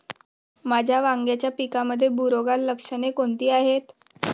माझ्या वांग्याच्या पिकामध्ये बुरोगाल लक्षणे कोणती आहेत?